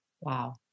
Wow